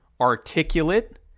articulate